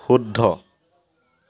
শুদ্ধ